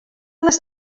les